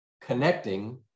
connecting